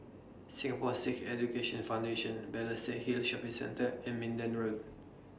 Singapore Sikh Education Foundation Balestier Hill Shopping Centre and Minden Road